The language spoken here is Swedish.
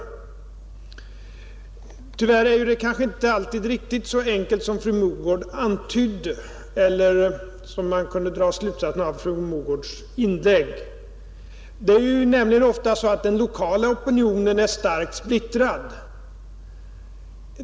Tyvärr är det kanske inte riktigt så enkelt som fru Mogård antydde i sitt inlägg. Det är nämligen ofta så att den lokala opinionen är starkt splittrad.